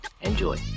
enjoy